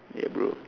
ya bro